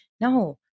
no